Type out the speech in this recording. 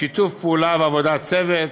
שיתוף פעולה ועבודת צוות,